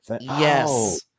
Yes